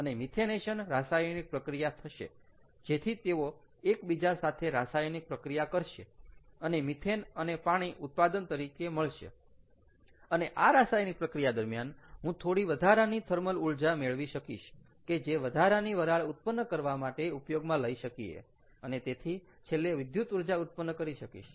અને મિથેનેશન રાસાયણિક પ્રક્રિયા થશે જેથી તેઓ એકબીજા સાથે રાસાયણિક પ્રક્રિયા કરશે અને મિથેન અને પાણી ઉત્પાદન તરીકે મળશે અને આ રાસાયણિક પ્રક્રિયા દરમિયાન હું થોડી વધારાની થર્મલ ઊર્જા મેળવી શકીશ કે જે વધારાની વરાળ ઉત્પન્ન કરવા માટે ઉપયોગમાં લઈ શકીએ અને તેથી છેલ્લે વિદ્યુત ઊર્જા ઉત્પન્ન કરી શકીશ